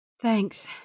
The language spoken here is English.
Thanks